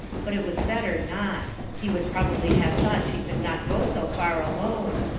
but it was better not he would probably have thought she could not go so far alone,